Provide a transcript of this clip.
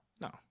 No